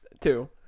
two